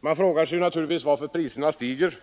Man frågar sig naturligtvis varför priserna stiger,